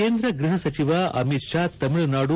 ಕೇಂದ್ರ ಗೃಪ ಸಚಿವ ಅಮಿತ್ ಶಾ ತಮಿಳುನಾಡು